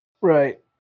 Right